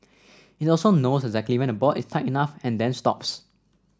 it also knows exactly when the bolt is tight enough and then stops